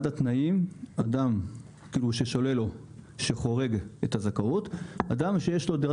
אחד התנאים לשלילת זכאות הוא בעלות על דירת